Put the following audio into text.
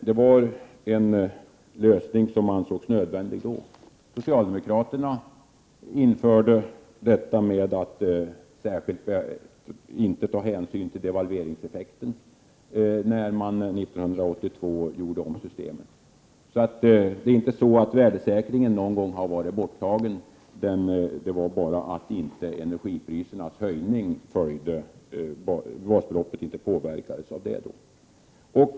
Det var en lösning som ansågs nödvändig då. Socialdemokraterna gjorde om systemet 1982, vilket innebar att det inte togs någon särskild hänsyn till devalveringseffekten. Värdesäkringen har alltså inte varit borttagen, utan det var bara så att energiprisernas höjning inte påverkade basbeloppet.